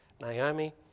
Naomi